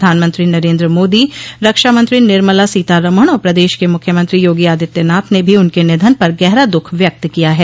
प्रधानमंत्री नरेन्द्र मोदी रक्षामंत्री निर्मला सीता रमण और प्रदेश के मुख्यमंत्री योगी आदित्यनाथ ने भी उनके निधन पर गहरा दुःख व्यक्त किया है